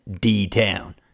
D-Town